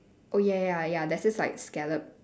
oh ya ya ya there's this like scallop